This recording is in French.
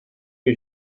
que